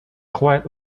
quite